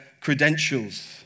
credentials